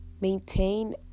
maintain